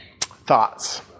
thoughts